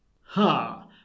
Ha